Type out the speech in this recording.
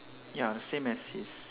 ya same as his